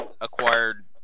acquired